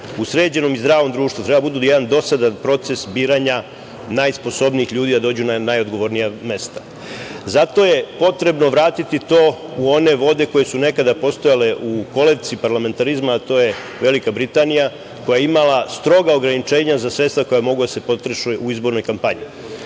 u sređenom i zdravom društvu treba da budu jedan dosadan proces biranja najsposobnijih ljudi da dođu na najodgovornija mesta. Zato je potrebno vratiti to u one vode koje su nekada postojale u kolevci parlamentarizma, a to je Velika Britanija koja je imala stroga ograničenja za sredstva koja mogu da se potroše u izbornoj kampanji.